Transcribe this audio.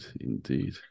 indeed